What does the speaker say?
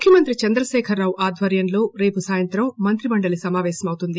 ముఖ్యమంత్రి చంద్రశేఖర్ రావు ఆధ్వర్యంలో రేపు సాయంత్రం మంత్రిమండలి సమాపేశమవుతుంది